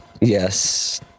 yes